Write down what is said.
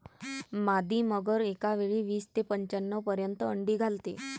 मादी मगर एकावेळी वीस ते पंच्याण्णव पर्यंत अंडी घालते